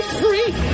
free